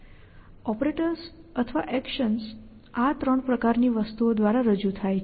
operators અથવા actions આ 3 પ્રકારની વસ્તુઓ દ્વારા રજૂ થાય છે